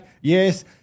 yes